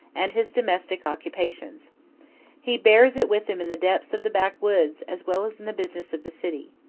and his domestic occupations he bears it with him in the depths of the backwoods, as well as in the business of the city.